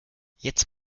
jetzt